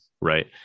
Right